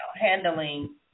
handling